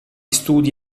studi